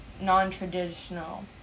non-traditional